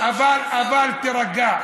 אבל תירגע,